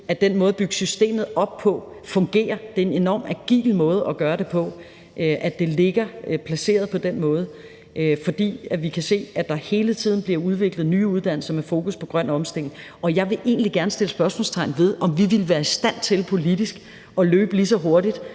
at den måde at bygge systemet op på fungerer. Det er en enormt agil måde at gøre det på, at det ligger placeret på den måde. For vi kan se, at der hele tiden bliver udviklet nye uddannelser med fokus på grøn omstilling, og jeg vil egentlig gerne sætte spørgsmålstegn ved, om vi ville være i stand til politisk at løbe lige så hurtigt,